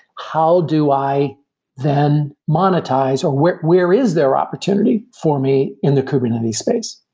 how do i then monetize, or where where is their opportunity for me in the kubernetes space?